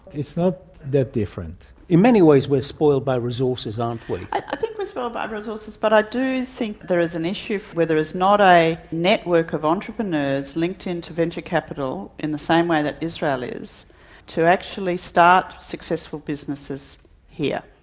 it's not that different. in many ways we're spoilt by resources, aren't we. i think we're spoiled by resources, but i do think there is an issue where is not a network of entrepreneurs linked in to venture capital in the same way that israel is to actually start successful businesses here.